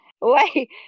wait